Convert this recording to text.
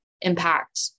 impact